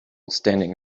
standing